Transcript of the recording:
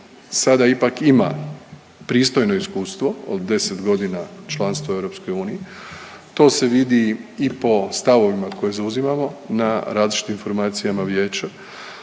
sada ipak ima pristojno iskustvo od 10.g. članstva u EU, to se vidi i po stavovima koje zauzimamo na različitim formacijama Vijeća,